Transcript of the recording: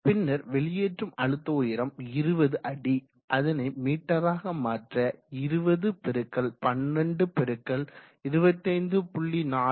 பின்னர் வெளியேற்றும் அழுத்த உயரம் 20 அடி அதனை மீடடராக மாற்ற 20 × 12 × 25